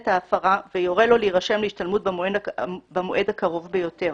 ההפרה ויורה לו להירשם להשתלמות במועד הקרוב ביותר,